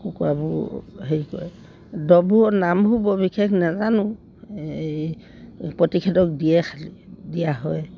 কুকুৰাবোৰ হেৰি কি কয় দৰৱবোৰ নামবোৰ বৰ বিশেষ নেজানো এই প্ৰতিষেধক দিয়ে খালি দিয়া হয়